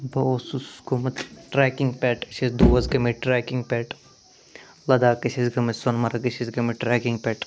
بہٕ اوسُس گوٚمُت ٹرٛیٚکِنٛگ پٮ۪ٹھ أسۍ ٲسۍ دوست گٔمٕتۍ ٹریٚکِنٛگ پٮ۪ٹھ لَداخ ٲسۍ أسۍ گٔمٕتۍ سۄنہٕ مرگ ٲسۍ أسۍ گٔمٕتۍ ٹرٛیٚکِنٛگ پٮ۪ٹھ